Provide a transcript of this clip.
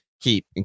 keep